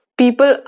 people